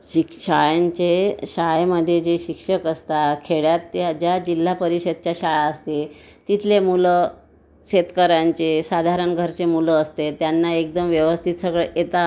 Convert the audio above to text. शिक् शाळांचे शाळेमध्ये जे शिक्षक असतात खेड्यात त्या ज्या जिल्हा परिषदच्या शाळा असते तिथले मुलं शेतकऱ्यांचे साधारण घरचे मुलं असते त्यांना एकदम व्यवस्थित सगळं येत